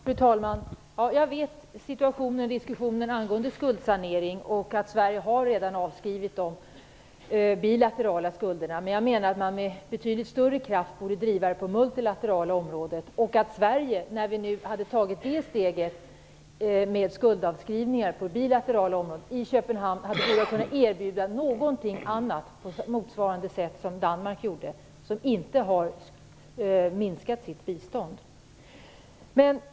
Fru talman! Jag känner till situationen och diskussionen vad gäller skuldsanering och vet att Sverige redan har avskrivit de bilaterala skulderna, men jag menar att man med betydligt större kraft borde driva detta på det multilaterala området och att Sverige, när vi hade tagit steget att skriva av skulder på det bilaterala området, i Köpenhamn borde ha kunnat erbjuda något annat, något som motsvarade det som gjordes från Danmark, som inte har minskat sitt bistånd.